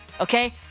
okay